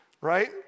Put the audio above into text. right